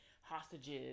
hostages